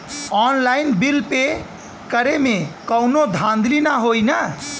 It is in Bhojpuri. ऑनलाइन बिल पे करे में कौनो धांधली ना होई ना?